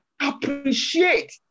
appreciate